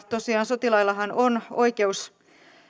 tosiaan on oikeus